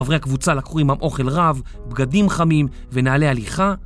עחרי הקבוצה לקחו עמם אוכל רב, בגדים חמים ונעלי הליכה,